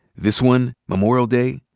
this one, memorial day,